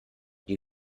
die